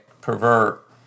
pervert